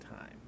time